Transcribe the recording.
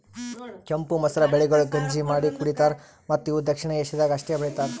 ಕೆಂಪು ಮಸೂರ ಬೆಳೆಗೊಳ್ ಗಂಜಿ ಮಾಡಿ ಕುಡಿತಾರ್ ಮತ್ತ ಇವು ದಕ್ಷಿಣ ಏಷ್ಯಾದಾಗ್ ಅಷ್ಟೆ ಬೆಳಿತಾರ್